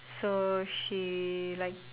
so she like